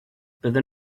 byddwn